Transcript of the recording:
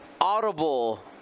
audible